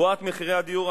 בועת מחירי הדיור,